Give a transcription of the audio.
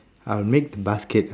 I'll make the basket